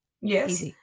Yes